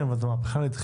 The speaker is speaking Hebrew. כן, אבל זאת מהפכה נדחית.